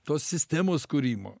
tos sistemos kūrimo